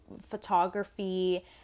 photography